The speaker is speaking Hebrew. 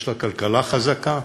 יש לה כלכלה חזקה,